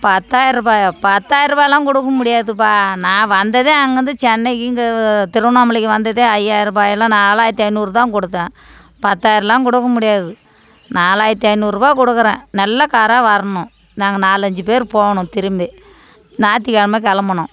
பத்தாயிரருபாயாக பத்தாயிரருபாய்லாம் கொடுக்க முடியாதுபா நான் வந்ததே அங்கேருந்து சென்னைக்கு இங்கே திருவண்ணாமலைக்கு வந்ததே ஐயாயிரருபாயில் நாலாயிரத்தி ஐந்நூறு தான் குடுத்தேன் பத்தாயிரம்லாம் கொடுக்க முடியாது நாலாயிரத்தி ஐந்நூறுபா கொடுக்குறேன் நல்ல காராக வரணும் நாங்கள் நாலு அஞ்சு பேர் போகணும் திரும்பி ஞாயித்துக்கிழம கிளம்பணும்